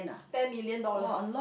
ten million dollars